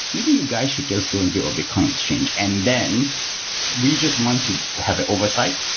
maybe you guys should just go and be on bitcoin exchange, and then we just want to have an oversight